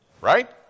Right